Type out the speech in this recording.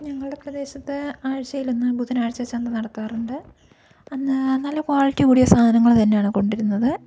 ഞങ്ങളുടെ പ്രദേശത്ത് ആഴ്ചയിൽ ഒന്ന് ബുധനാഴ്ച ചന്ത നടത്താറുണ്ട് അന്ന് നല്ല ക്വാളിറ്റി കൂടിയ സാധനങ്ങൾ തന്നെയാണ് കൊണ്ടു വരുന്നത്